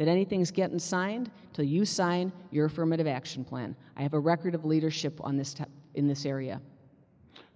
that anything's getting signed to you sign your formative action plan i have a record of leadership on the steps in this area